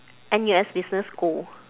N_U_S business school